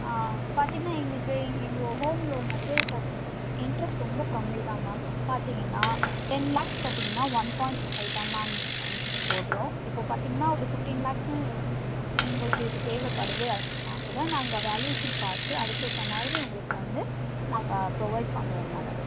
ஆ பார்த்தீங்கன்னா எங்களுக்கு இங்கே எங்கள் ஹோம் லோன் வந்து பாத் இன்ட்ரெஸ்ட் ரொம்ப கம்மிதான் மேம் பார்த்தீங்கன்னா டென் லேக்ஸ் பார்த்தீங்கன்னா ஒன் பாயிண்ட் ஃபைவ் தான் மேம் இன்ட்ரெஸ்ட் போடுறோம் இப்போது பார்த்தீங்கன்னா ஒரு ஃபிஃப்டீன் லேக்ஸ்ஸு நீங்கள் உங்களுக்கு இதுக்கு தேவைப்படுது அப்படின்னாகூட நாங்கள் வேல்யூவேஷன் பார்த்து அதுக்கேற்றமாதிரி உங்களுக்கு வந்து நாங்கள் ப்ரொவைட் பண்ணுவோம் மேடம்